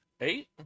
eight